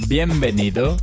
Bienvenido